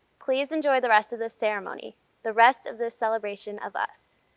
please enjoy the rest of the ceremony the rest of the celebration of us.